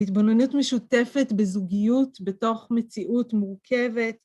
התבוננות משותפת בזוגיות, בתוך מציאות מורכבת.